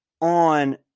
on